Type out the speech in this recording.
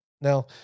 Now